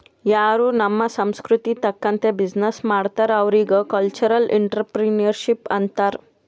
ಯಾರೂ ನಮ್ ಸಂಸ್ಕೃತಿ ತಕಂತ್ತೆ ಬಿಸಿನ್ನೆಸ್ ಮಾಡ್ತಾರ್ ಅವ್ರಿಗ ಕಲ್ಚರಲ್ ಇಂಟ್ರಪ್ರಿನರ್ಶಿಪ್ ಅಂತಾರ್